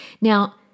Now